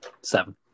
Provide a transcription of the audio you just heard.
Seven